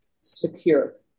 secure